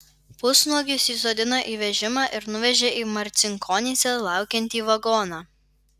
pusnuogius įsodino į vežimą ir nuvežė į marcinkonyse laukiantį vagoną